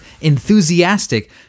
enthusiastic